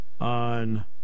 on